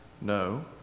No